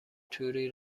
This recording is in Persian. توری